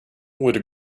would